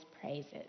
praises